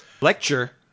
lecture